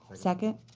second.